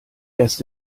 erst